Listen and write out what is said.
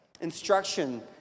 instruction